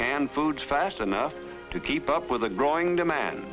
canned foods fast enough to keep up with the growing demand